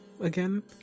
again